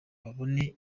mubone